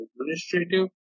administrative